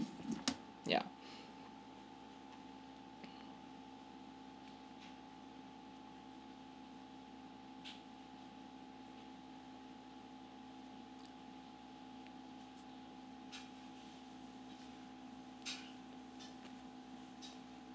yup